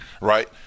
right